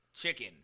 chicken